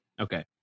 Okay